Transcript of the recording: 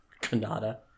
Canada